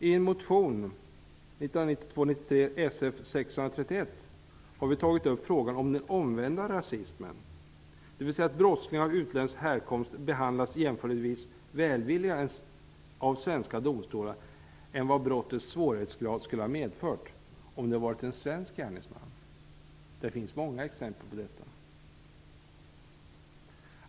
I en motion, 1992/93:Sf631, har vi tagit upp frågan om den omvända rasismen, dvs. att brottslingar av utländsk härkomst behandlas jämförelsevis välvilligare av svenska domstolar än vad brottets svårighetsgrad skulle ha medfört om det varit en svensk gärningsman. Det finns många exempel på detta.